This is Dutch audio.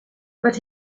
wat